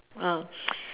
oh